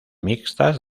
mixtas